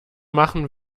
machen